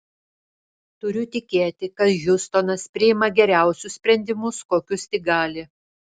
turiu tikėti kad hiustonas priima geriausius sprendimus kokius tik gali